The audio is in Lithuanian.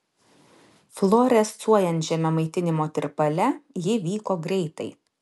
fluorescuojančiame maitinimo tirpale ji vyko greitai